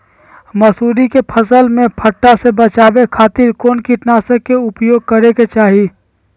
मसूरी के फसल में पट्टा से बचावे खातिर कौन कीटनाशक के उपयोग करे के चाही?